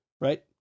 right